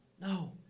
No